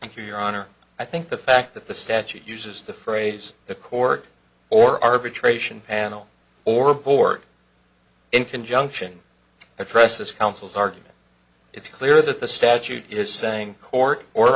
thank you your honor i think the fact that the statute uses the phrase the cork or arbitration panel or bork in conjunction oppresses counsel's argument it's clear that the statute is saying court or